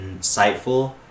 insightful